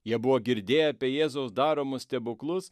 jie buvo girdėję apie jėzaus daromus stebuklus